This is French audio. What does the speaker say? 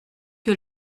que